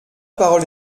parole